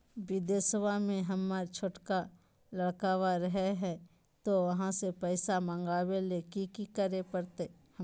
बिदेशवा में हमर छोटका लडकवा रहे हय तो वहाँ से पैसा मगाबे ले कि करे परते हमरा?